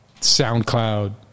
SoundCloud